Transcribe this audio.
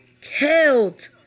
killed